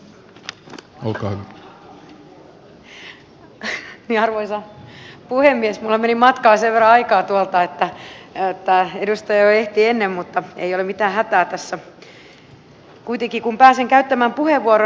minulla meni matkaan sen verran aikaa tuolta että edustaja jo ehti ennen mutta ei ole mitään hätää tässä kuitenkaan kun pääsen käyttämään puheenvuoron